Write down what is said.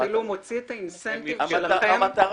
זה אפילו מוציא את התמריץ שלכם --- זה לא נכון,